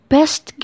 Best